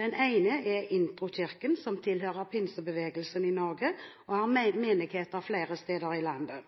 Den ene er Intro kirken, som tilhører pinsebevegelsen i Norge, og har menigheter flere steder i landet.